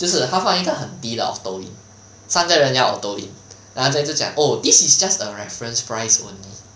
就是他放一个很低的 octo in 三个人要 octo in then after that 就讲 oh this is just a reference price only